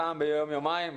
פעם ביום-יומיים,